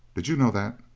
did you know that?